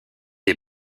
des